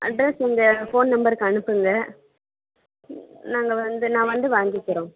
address இந்த phone நம்பருக்கு அனுப்புங்க நாங்கள் வந்து நான் வந்து வாங்கிக்கிறோம்